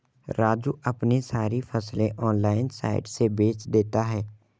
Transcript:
राजू अपनी सारी फसलें ऑनलाइन साइट से बेंच देता हैं